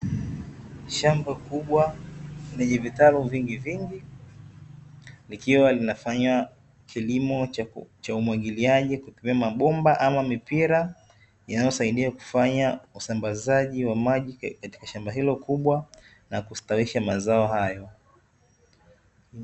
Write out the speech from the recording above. Shamba kubwa lenye vitalu vingivingi, likiwa linafanya kilimo cha umwagiliaji kutumia mabomba ama mipira, inayosadia kufanya usambazaji wa maji, katika shamba hilo kubwa na kustawisha mazao hayo.